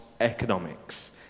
economics